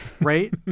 right